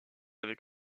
avec